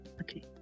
Okay